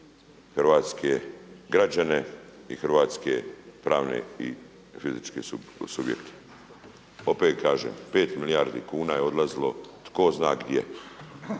hrvatske građane i hrvatske pravne i fizičke subjekte. Opet kažem, pet milijardi kuna je odlazilo tko zna gdje,